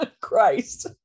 christ